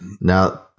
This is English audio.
Now –